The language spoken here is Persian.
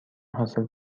حاصل